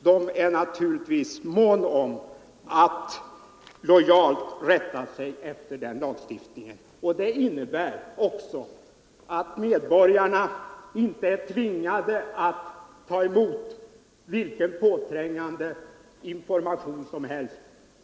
De är naturligtvis måna om att lojalt rätta sig efter den lagstiftningen. Det innebär också att medborgarna inte är tvingade att ta emot vilken påträngande information som helst.